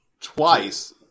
twice